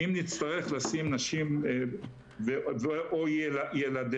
אם נצטרך לשים נשים או ילדיהן